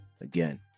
again